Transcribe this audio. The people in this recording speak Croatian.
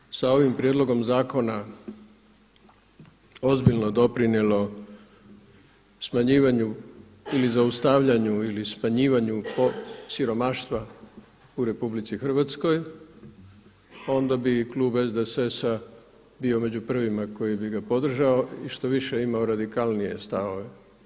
Kada bi se sa ovim prijedlogom zakona ozbiljno doprinijelo smanjivanju ili zaustavljanju ili smanjivanju siromaštva u RH onda bi klub SDSS-a bio među prvima koji bi ga podržao i štoviše imao radikalnije stavove.